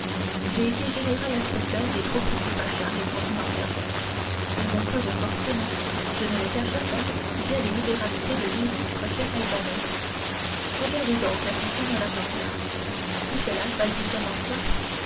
j'ai été général inspecteur des troupes du pacha répondit morcerf et mon peu de fortune je ne le cache pas vient des libéralités de l'illustre chef albanais regardez donc insista mme danglars où cela balbutia